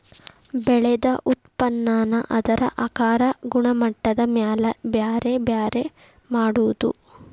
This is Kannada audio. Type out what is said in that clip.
ಬೆಳದ ಉತ್ಪನ್ನಾನ ಅದರ ಆಕಾರಾ ಗುಣಮಟ್ಟದ ಮ್ಯಾಲ ಬ್ಯಾರೆ ಬ್ಯಾರೆ ಮಾಡುದು